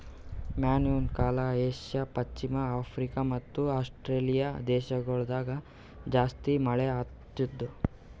monsoon ಕಾಲ Asia, ಪಶ್ಚಿಮ Africa ಮತ್ತ ಆಸ್ಟ್ರೇಲಿಯಾ ದೇಶಗೊಳ್ದಾಗ್ ಜಾಸ್ತಿ ಮಳೆ ಆತ್ತುದ್